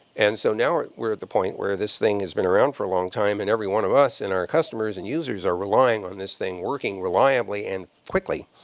and so now we're at the point where this thing has been around for a long time and every one of us and our customers and users are relying on this thing working reliably and quickly.